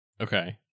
Okay